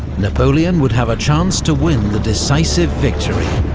napoleon would have a chance to win the decisive victory,